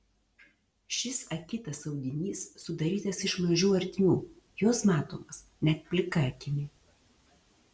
šis akytas audinys sudarytas iš mažų ertmių jos matomos net plika akimi